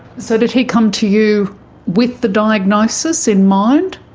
so did he come to you with the diagnosis in mind?